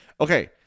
Okay